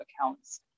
accounts